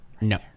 No